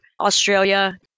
Australia